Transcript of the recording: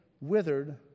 withered